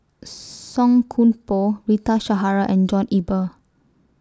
Song Koon Poh Rita Zahara and John Eber